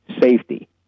safety